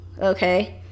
Okay